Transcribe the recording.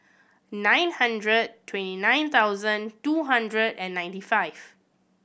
nine hundred twenty nine thousand two hundred and ninety five